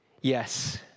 Yes